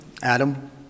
Adam